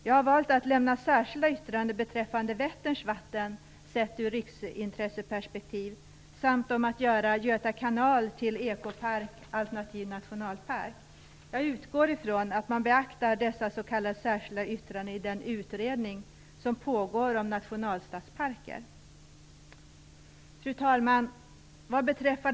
Jag har valt att avge särskilda yttranden beträffande Vätterns vatten sett ur riksintresseperspektiv samt om att göra Göta kanal till ekopark alternativt nationalpark. Jag utgår ifrån att man beaktar dessa särskilda yttranden i den utredning som pågår om nationalstadsparker. Fru talman!